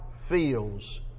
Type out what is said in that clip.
feels